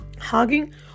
Hugging